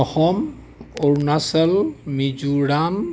Assam Arunachal Mizoram